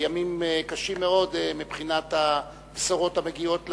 בימים קשים מאוד מבחינת הבשורות המגיעות,